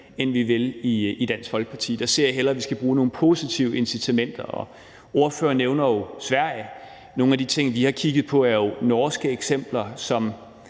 end vi vil i Dansk Folkeparti. Der ser jeg hellere, at vi skal bruge nogle positive incitamenter. Ordføreren nævner jo Sverige. Nogle af de ting, vi har kigget på, er norske eksempler. Nu